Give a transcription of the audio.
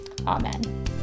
Amen